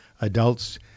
adults